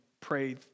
pray